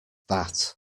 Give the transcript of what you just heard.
that